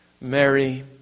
Mary